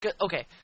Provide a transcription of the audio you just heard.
okay